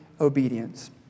obedience